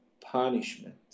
punishment